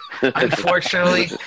unfortunately